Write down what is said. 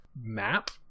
map